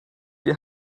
wir